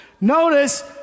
Notice